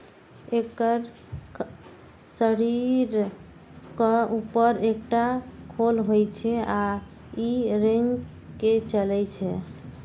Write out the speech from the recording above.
एकर शरीरक ऊपर एकटा खोल होइ छै आ ई रेंग के चलै छै